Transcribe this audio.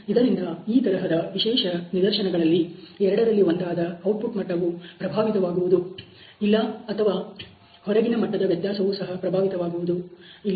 ಇದರಿಂದ ಈ ತರಹದ ವಿಶೇಷ ನಿದರ್ಶನಗಳಲ್ಲಿ ಎರಡರಲ್ಲಿ ಒಂದಾದ ಔಟ್ಪುಟ್ ಮಟ್ಟವು ಪ್ರಭಾವಿತವಾಗುವುದು ಇಲ್ಲ ಅಥವಾ ಹೊರಗಿನ ಮಟ್ಟದ ವ್ಯತ್ಯಾಸವು ಸಹ ಪ್ರಭಾವಿತವಾಗುವುದು ಇಲ್ಲ